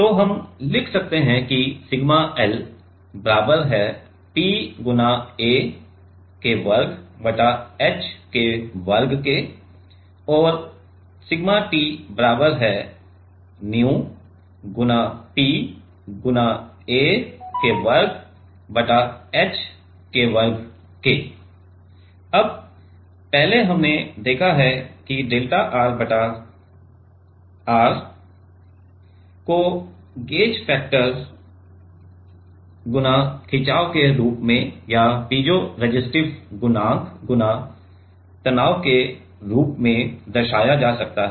तो हम लिख सकते हैं कि सिग्मा L बराबर है P गुणा a वर्ग बटा h वर्ग और सिग्मा T बराबर है nu P गुणा a वर्ग बटा h वर्ग है अब पहले हमने देखा है कि डेल्टा R बटा R को गेज फैक्टर गुणा खिचाव के रूप में या पीजो रेसिस्टिव गुणांक गुणा तनाव के रूप में दर्शाया जा सकता है